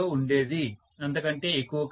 అంతకంటే ఎక్కువ కాదు